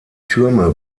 türme